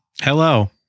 Hello